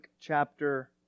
chapter